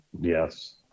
yes